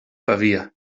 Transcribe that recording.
pavia